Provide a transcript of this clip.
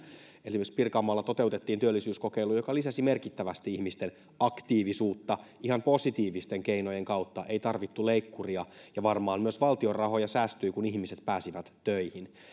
esimerkiksi pirkanmaalla toteutettiin työllisyyskokeilu joka lisäsi merkittävästi ihmisten aktiivisuutta ihan positiivisten keinojen kautta ei tarvittu leikkuria ja varmaan myös valtion rahoja säästyi kun ihmiset pääsivät töihin